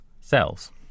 cells